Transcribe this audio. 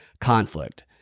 conflict